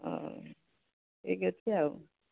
ହଁ ଠିକ୍ ଅଛି ଆଉ